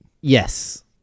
Yes